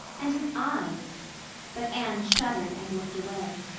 and his eyes but anne shuddered and looked away.